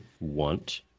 want